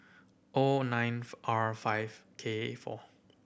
O nine R five K four